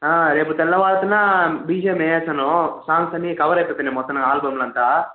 రేపు తెల్లవార్తన బిజిఏం వేసేస్తాను సాంగ్స్ అన్ని కవర్ అయిపోయినాయి మొత్తం ఆల్బమ్లో అంతా